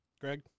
Greg